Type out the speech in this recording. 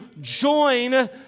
join